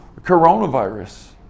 coronavirus